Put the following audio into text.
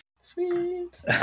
Sweet